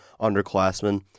underclassmen